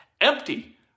empty